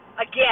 Again